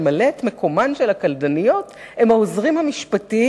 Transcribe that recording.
למלא את מקומן של הקלדניות הם העוזרים המשפטיים,